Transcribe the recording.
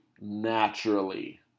Naturally